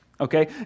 okay